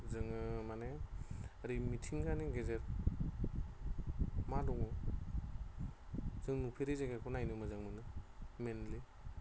जोङो माने ओरै मिथिंगानि गेजेराव मा दङ जों नुफेरै जायगाखौ नायनो मोजां मोनो मैनलि